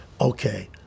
Okay